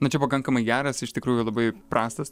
nu čia pakankamai geras iš tikrųjų labai prastas